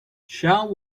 shall